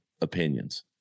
opinions